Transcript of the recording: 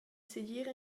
segir